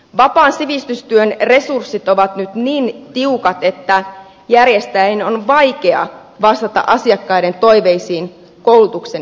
vapaan sivistystyön resurssit ovat nyt niin tiukat että järjestäjien on vaikea vastata asiakkaiden toiveisiin koulutuksen sisällöistä